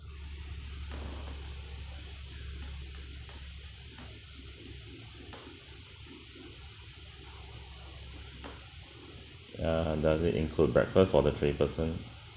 ya does it include breakfast for the three person